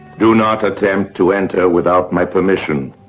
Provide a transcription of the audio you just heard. do not attempt to enter without my permission,